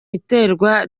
iterwa